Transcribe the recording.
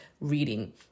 reading